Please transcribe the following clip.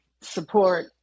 support